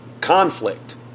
conflict